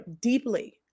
deeply